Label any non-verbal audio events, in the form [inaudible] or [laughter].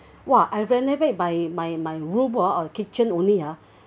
[breath] !wah! I renovate my my my room oh our kitchen only ah